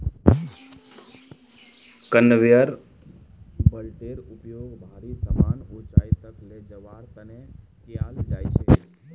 conveyor बेल्टेर उपयोग भारी समान ऊंचाई तक ले जवार तने कियाल जा छे